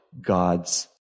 God's